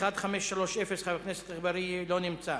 1530, חבר הכנסת אגבאריה, לא נמצא,